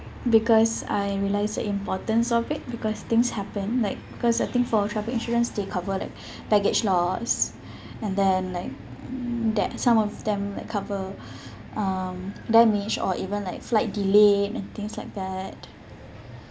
because I realise the importance of it because things happen like because I think for travel insurance they cover like baggage lost and then like that some of them like cover um damage or even like flight delay and things like that